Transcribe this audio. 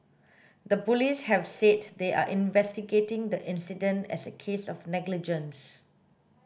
the police have said they are investigating the incident as a case of negligence